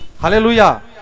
Hallelujah